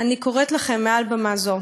אני קוראת לכם מעל במה זו,